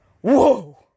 whoa